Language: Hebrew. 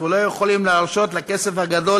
אנחנו לא יכולים להרשות לכסף הגדול